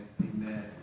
Amen